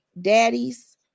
daddies